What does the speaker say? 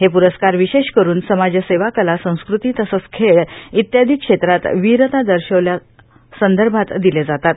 हे पुरस्कार विशेष करून समाजसेवा कला संस्कृती तसंघ खेळ इत्यादी क्षेत्रात विरता दर्शवल्या संदर्भात दिले जातात